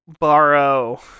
borrow